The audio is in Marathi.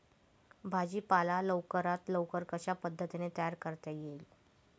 भाजी पाला लवकरात लवकर कशा पद्धतीने तयार करता येईल?